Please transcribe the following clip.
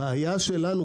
הבעיה שלנו,